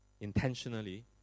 intentionally